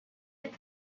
had